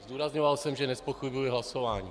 Zdůrazňoval jsem, že nezpochybňuji hlasování.